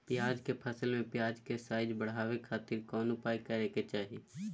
प्याज के फसल में प्याज के साइज बढ़ावे खातिर कौन उपाय करे के चाही?